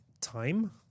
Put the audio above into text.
time